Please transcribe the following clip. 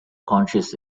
conscious